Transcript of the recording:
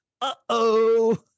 uh-oh